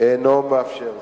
אינו מאפשר זאת.